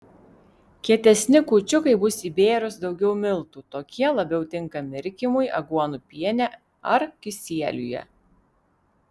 kietesni kūčiukai bus įbėrus daugiau miltų tokie labiau tinka mirkymui aguonų piene ar kisieliuje